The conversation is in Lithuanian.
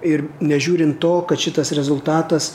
ir nežiūrint to kad šitas rezultatas